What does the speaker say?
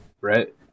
Right